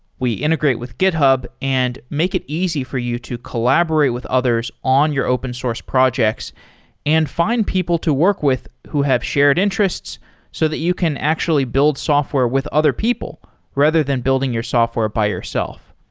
we integrate with github and make it easy for you to collaborate with others on your open source projects and find people to work with who have shared interests so that you can actually build software with other people rather than building your software by yourself.